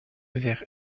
vers